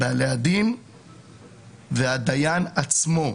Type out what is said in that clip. בעלי הדין והדיין עצמו.